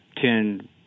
ten